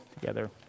together